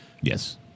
Yes